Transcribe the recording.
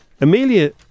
Amelia